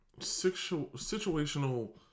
situational